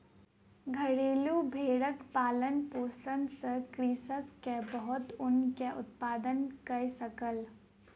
घरेलु भेड़क पालन पोषण सॅ कृषक के बहुत ऊन के उत्पादन कय सकल